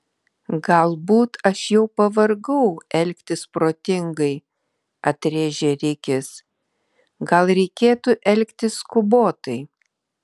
galbūt aš jau pavargau elgtis protingai atrėžė rikis gal reikėtų elgtis skubotai